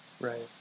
Right